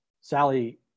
Sally